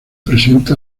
presenta